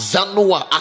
Zanua